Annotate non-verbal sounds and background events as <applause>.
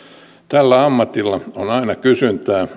tällä ammatilla on aina kysyntää <unintelligible>